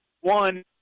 one